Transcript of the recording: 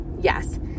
yes